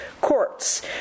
courts